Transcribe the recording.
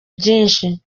byinshi